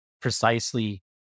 precisely